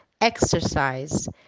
exercise